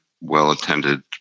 well-attended